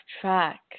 track